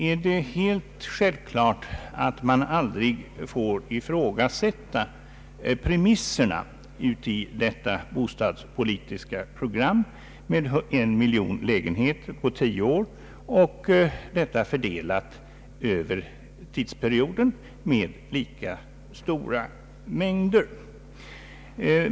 Är det helt självklart att man aldrig får ifrågasätta premisserna i detta bostadspolitiska program med en miljon lägenheter på tio år fördelade över tidsperioden med lika många lägenheter varje år?